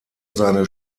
seine